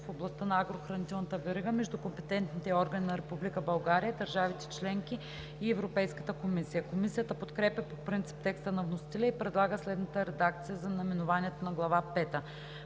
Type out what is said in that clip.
в областта на агрохранителната верига между компетентните органи на Република България, държавите членки и Европейската комисия.“ Комисията подкрепя по принцип текста на вносителя и предлага следната редакция за наименованието на Глава